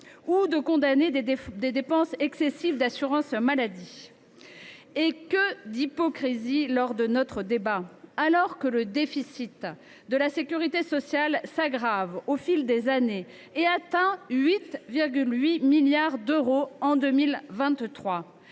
ou de condamner des dépenses excessives d’assurance maladie. Que d’hypocrisies lors de notre débat ! Alors que le déficit de la sécurité sociale s’aggrave au fil des années et atteint 8,8 milliards d’euros en 2023,